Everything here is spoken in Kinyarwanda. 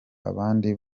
abandi